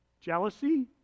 jealousy